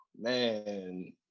Man